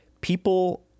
people